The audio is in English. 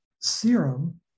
serum